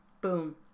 Boom